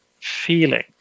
feeling